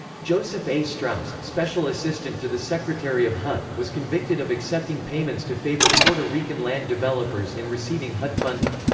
joseph a. strauss, special assistant to the secretary of hud, was convicted of accepting payments to favor puerto rican land developers in receiving hud funding.